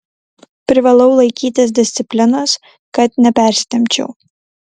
privalau laikytis disciplinos kad nepersitempčiau